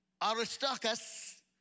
Aristarchus